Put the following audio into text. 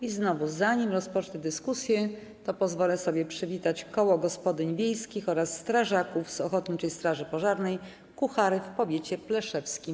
I znowu zanim rozpocznę dyskusję, to pozwolę sobie przywitać Koło Gospodyń Wiejskich oraz strażaków z Ochotniczej Straży Pożarnej Kuchary w powiecie pleszewskim.